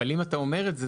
אבל אם אתה אומר את זה,